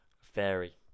Fairy